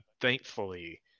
thankfully